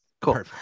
cool